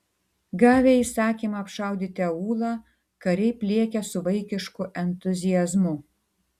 gavę įsakymą apšaudyti aūlą kariai pliekia su vaikišku entuziazmu